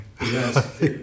Yes